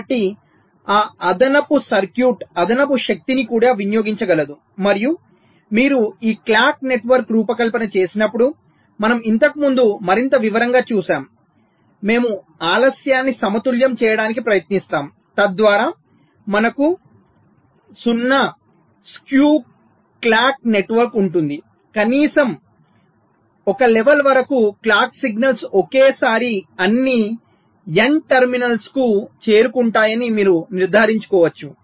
కాబట్టి ఆ అదనపు సర్క్యూట్ అదనపు శక్తిని కూడా వినియోగించగలదు మరియు మీరు ఈ క్లాక్ నెట్వర్క్ రూపకల్పన చేసినప్పుడు మనము ఇంతకుముందు మరింత వివరంగా చూసాము మేము ఆలస్యాన్ని సమతుల్యం చేయడానికి ప్రయత్నిస్తాము తద్వారా మనకు 0 స్క్యూ క్లాక్ నెట్వర్క్ ఉంటుంది కనీసం ఒక లెవెల్ వరకు క్లాక్ సిగ్నల్స్ ఒకేసారి అన్ని n టెర్మినల్స్కు చేరుకుంటాయని మీరు నిర్ధారించుకోవచ్చు